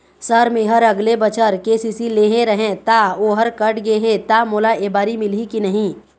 Sir मेहर अगले बछर के.सी.सी लेहे रहें ता ओहर कट गे हे ता मोला एबारी मिलही की नहीं?